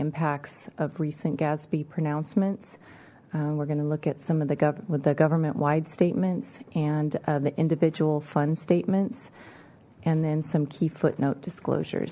impacts of recent gatsby pronouncements we're going to look at some of the government with the government wide statements and the individual fund statements and then some key footnote disclosure